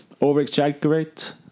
over-exaggerate